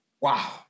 Wow